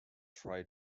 tri